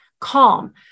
calm